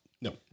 no